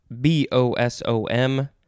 B-O-S-O-M